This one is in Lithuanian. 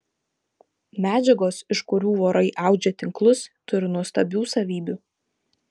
medžiagos iš kurių vorai audžia tinklus turi nuostabių savybių